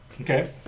Okay